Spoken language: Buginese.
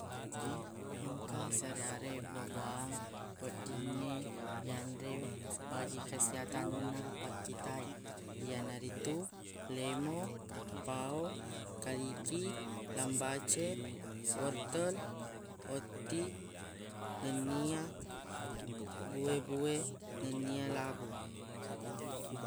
Engka seareq-areq bua-buahang weddingnge yanre bagi keseatanna pakkita e iyanaritu lemo pao kaliki lambace wortel otti nennia buwe-buwe nennia labu